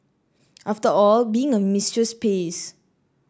after all being a mistress pays